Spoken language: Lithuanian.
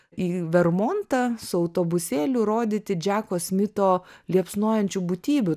į vermontą su autobusėliu rodyti džeko smito liepsnojančių būtybių